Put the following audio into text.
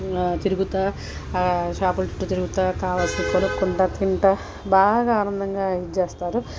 తిరుగుతూ ఆ షాపుల చుట్టూ తిరుగుతా కావాల్సినవి కొనుక్కుంటూ తింటూ బాగా ఆనందంగా ఇది చేస్తారు